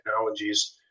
technologies